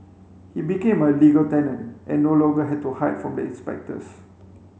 he became a legal tenant and no longer had to hide from the inspectors